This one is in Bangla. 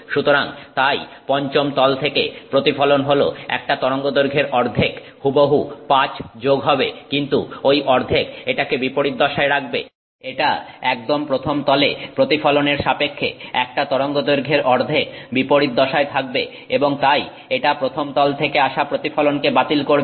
সুতরাং তাই পঞ্চম তল থেকে প্রতিফলন হল একটা তরঙ্গদৈর্ঘ্যের অর্ধেক হুবহু 5 যোগ হবে কিন্তু ঐ অর্ধেক এটাকে বিপরীত দশায় রাখবে এটা একদম প্রথম তলে প্রতিফলনের সাপেক্ষে একটা তরঙ্গদৈর্ঘ্যের অর্ধেক বিপরীত দশায় থাকবে এবং তাই এটা প্রথম তল থেকে আসা প্রতিফলনকে বাতিল করবে